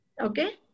Okay